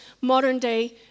modern-day